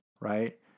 right